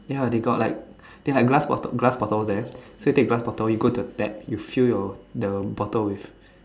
ya they got like they like glass bottle glass bottle there so you take glass bottle you go to the tap you fill your the bottle with